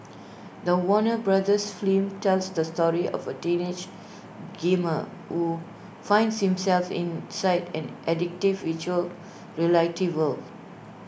the Warner brothers film tells the story of A teenage gamer who finds himself inside an addictive Virtual Reality world